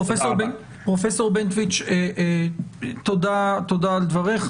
פרופ' בנטואיץ', תודה על דבריך.